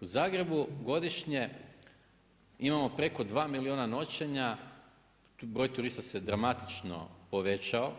U Zagrebu godišnje imamo preko 2 milijuna noćenja, broj turista se dramatično povećao